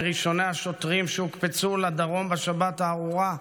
מראשוני השוטרים שהוקפצו לדרום בשבת הארורה,